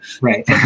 Right